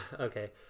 Okay